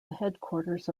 headquarters